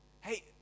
hey